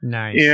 Nice